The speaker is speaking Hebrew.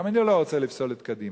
גם אני לא רוצה לפסול את קדימה,